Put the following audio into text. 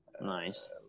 Nice